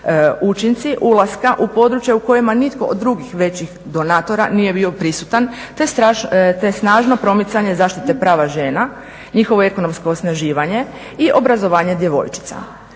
učinci ulaska u područja u kojima nitko od drugih većih donatora nije bio prisutan te snažno promicanje zaštite prava žena, njihovo ekonomsko osnaživanje i obrazovanje djevojčica.